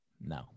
no